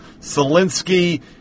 Zelensky